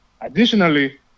additionally